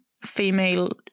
female